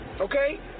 Okay